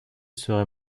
serait